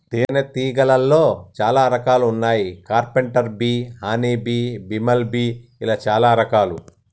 తేనే తీగలాల్లో చాలా రకాలు వున్నాయి carpenter bee honey bee, bumble bee ఇలా చాలా రకాలు